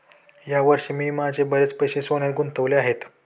या वर्षी मी माझे बरेच पैसे सोन्यात गुंतवले आहेत